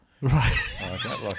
Right